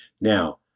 Now